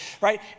right